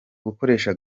gukoresha